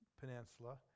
Peninsula